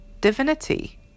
divinity